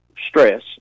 stress